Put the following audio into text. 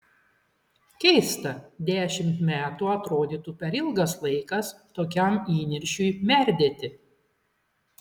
keista dešimt metų atrodytų per ilgas laikas tokiam įniršiui merdėti